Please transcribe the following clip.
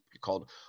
called